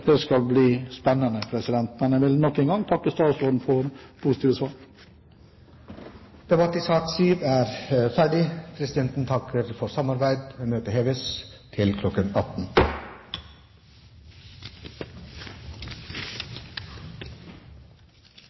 Det skal bli spennende. Jeg vil nok en gang takke statsråden for positive svar. Debatten i sak nr. 7 er ferdig. Presidenten takker for samarbeidet. Møtet heves, og nytt møte settes kl. 18.